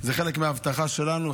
וזה חלק מההבטחה שלנו,